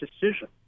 decision